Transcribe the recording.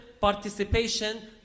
participation